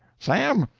sam,